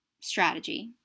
strategy